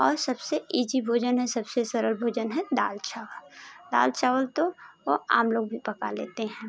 और सबसे इजी भोजन है सबसे सरल भोजन है दाल चावल दाल चावल तो वो आम लोग भी पका लेते हैं